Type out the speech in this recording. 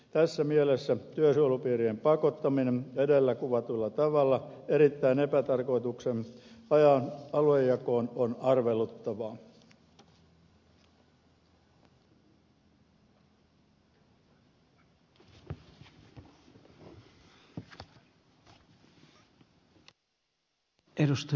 tässä mielessä työsuojelupiirien pakottaminen edellä kuvatulla tavalla erittäin epätarkoituksenmukaiseen aluejakoon on arveluttavaa